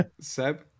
Seb